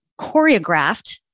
choreographed